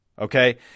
Okay